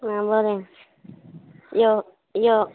आ बरें यो यो